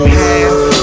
half